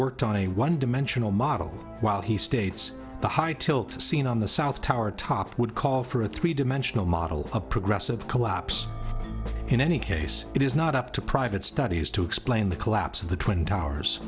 worked on a one dimensional model while he states the high tilt seen on the south tower top would call for a three dimensional model of progressive collapse in any case it is not up to private studies to explain the collapse of the twin towers